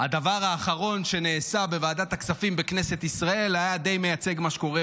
הדבר האחרון שנעשה בוועדת הכספים בכנסת ישראל היה די מייצג מה שקרה,